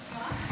השר קיש כאן.